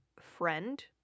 friend